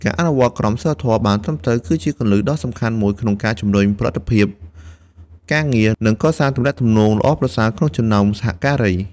ការអនុវត្តន៍ក្រមសីលធម៌បានត្រឹមត្រូវ គឺជាគន្លឹះដ៏សំខាន់មួយក្នុងការជំរុញផលិតភាពការងារ និងកសាងទំនាក់ទំនងល្អប្រសើរក្នុងចំណោមសហការី។